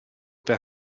per